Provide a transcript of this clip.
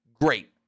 great